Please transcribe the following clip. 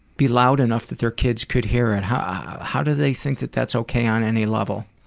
be loud enough that their kids could hear it. how ah how do they think that that's okay on any level?